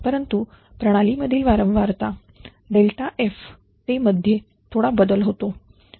परंतु प्रणालीमधील वारंवार f ते मध्ये थोडा बदल होतो